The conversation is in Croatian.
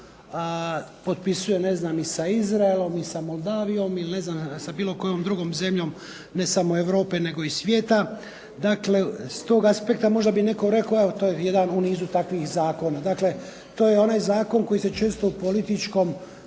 potpisuje i sa Izraelom i sa MOldavijom ili ne znam sa bilo kojom drugom zemljom, ne samo Europe nego i svijeta, dakle s tog aspekta možda bi netko i rekao to je jedan u nizu takvih Zakona, to je onaj zakon koji se često u onom političkom